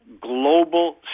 global